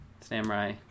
Samurai